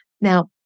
Now